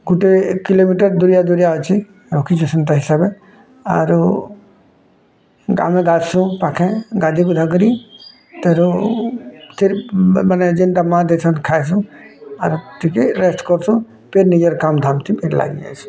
ଗୋଟେ କିଲୋମିଟର୍ ଦୂରିଆ ଦୂରିଆ ଅଛି ରଖିଛୁ ସେନ୍ତା ହିସାବେ ଆରୁ ଆମେ ବାଥରୁମ୍ ପାଖେ ଗାଧୁ ପାଧୁ କରି ତାରୁ ମାନେ ଯେନ୍ତା ମାଆ ଦେଇଛନ୍ତି ଖାଇସନ୍ ଆରୁ ଟିକେ ରେଷ୍ଟ କରୁଛୁ ପୁଣି ନିଜର କାମ୍ ଧାମ୍ଥି ଲାଗି ଯାସୁଁ